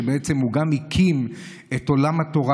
שבעצם הוא גם הקים את עולם התורה